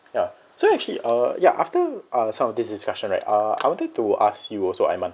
ya so actually uh ya after some of this discussion right uh I wanted to ask you also iman